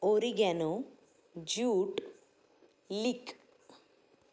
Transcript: oregano jute leek